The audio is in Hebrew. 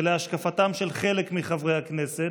ולהשקפתם של חלק מחברי הכנסת,